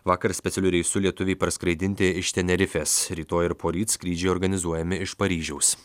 vakar specialiu reisu lietuviai parskraidinti iš tenerifės rytoj ir poryt skrydžiai organizuojami iš paryžiaus